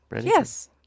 Yes